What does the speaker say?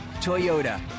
Toyota